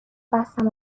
بستم